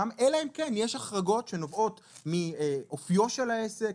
אלא אם כן יש החרגות שנובעות מאופיו של העסק,